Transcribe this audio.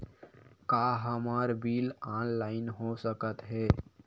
का हमर bill online हो सकत हे?